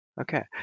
Okay